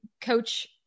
coach